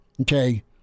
Okay